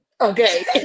Okay